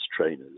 trainers